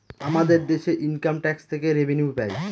আমাদের দেশে income tax থেকে রেভিনিউ পাই